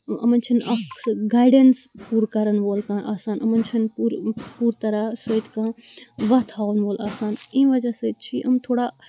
یِمَن چھَنہِ اَکھ سُہ گایڈیٚنٕس پورٕ کَرَن وول کانٛہہ آسان یِمَن چھِنہِ پورٕ پور طرح سۭتۍ کانٛہہ وَتھ ہاوَن وول آسان امہِ وَجہ سۭتۍ چھِ یِم تھوڑا